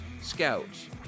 scouts